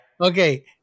Okay